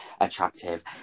attractive